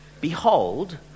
Behold